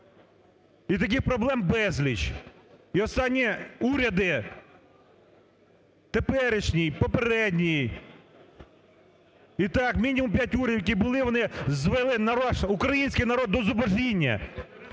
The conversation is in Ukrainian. і таких проблем безліч. І останні уряди, теперішній, попередній, і так, мінімум, п'ять урядів, які були, вони звели наш український народ до зубожіння